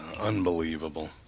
Unbelievable